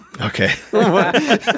Okay